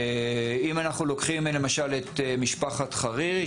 אם אנחנו לוקחים למשל את משפחת חרירי,